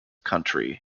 country